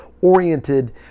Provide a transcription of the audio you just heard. oriented